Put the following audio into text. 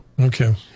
Okay